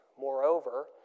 Moreover